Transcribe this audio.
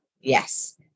Yes